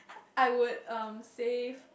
I would um save